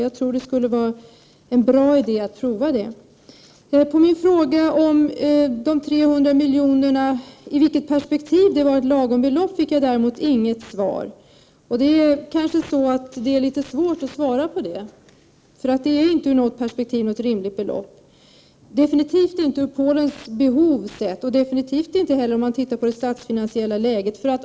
Jag tror det vore bra att pröva den idén. På min fråga i vilket perspektiv de 300 miljonerna var ett lagom belopp fick jag däremot inget svar. Det är kanske litet svårt att svara på den frågan. Det är nämligen inte ett rimligt belopp ur något perspektiv. Definitivt är det inte rimligt med tanke på de behov som finns i Polen. Det är det definitivt inte heller om man ser till det statsfinansiella läget.